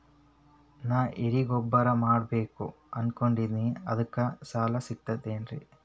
ನಾ ಎರಿಗೊಬ್ಬರ ಮಾಡಬೇಕು ಅನಕೊಂಡಿನ್ರಿ ಅದಕ ಸಾಲಾ ಸಿಗ್ತದೇನ್ರಿ?